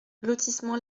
lotissement